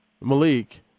Malik